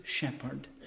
shepherd